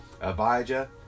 Abijah